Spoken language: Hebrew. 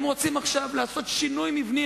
הם רוצים עכשיו לעשות "שינוי מבני",